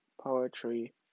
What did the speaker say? poetry